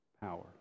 power